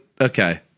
Okay